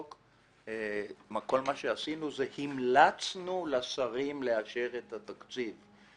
כל מה שעשינו זה המלצה לשרים לאשר את התקציב.